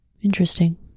Interesting